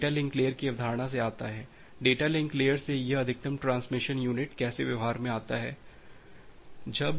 तो यह data link layer की अवधारणा से आता है डेटा लिंक लेयर से यह अधिकतम ट्रांसमिशन यूनिट कैसे व्यवहार में आती है